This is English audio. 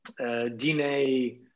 DNA